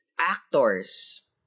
actors